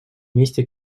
вместе